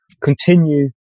continue